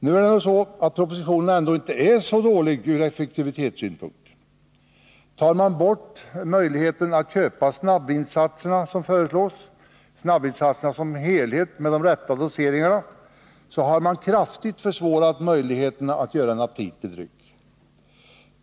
Nu är det nog ändå så att propositionen inte är så dålig ur effektivitetssynpunkt. Tar man bort möjligheten att köpa snabbvinsatserna som helhet med de rätta doseringarna, på sätt som föreslås i propositionen, har man kraftigt försvårat möjligheterna att göra en aptitlig dryck.